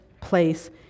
place